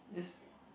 yes